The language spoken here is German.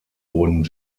wurden